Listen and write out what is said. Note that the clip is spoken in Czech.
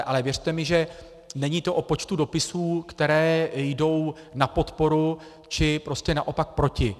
Ale věřte mi, že to není o počtu dopisů, které jdou na podporu, či naopak proti.